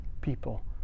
people